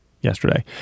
yesterday